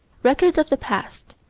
records of the past,